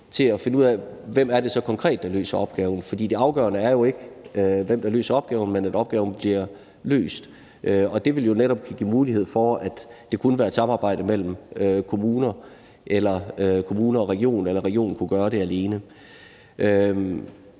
til at finde ud af, hvem det konkret er, der løser opgaven. For det afgørende er jo ikke, hvem der løser opgaven, men at opgaven bliver løst. Og det vil jo netop give mulighed for, at det kunne være et samarbejde mellem kommuner og regioner, eller at regionen kunne gøre det alene.